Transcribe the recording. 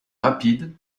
rapide